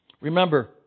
Remember